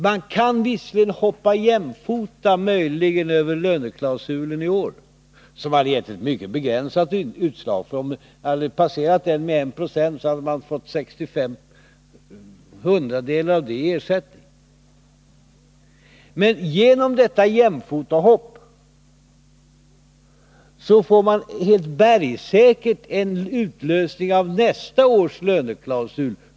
Man kan möjligen hoppa jämfota över löneklausulen i år. Den skulle f. ö. ha gett ett mycket begränsat utslag. Om priserna hade passerat taket med 1 20, hade löntagarna nämligen fått 65 hundradelar av det i ersättning. Men genom detta jämfotahopp får man helt bergsäkert en utlösning av nästa års löneklausul.